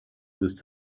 with